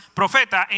profeta